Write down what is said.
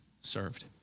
served